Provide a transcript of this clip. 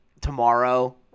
tomorrow